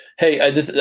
Hey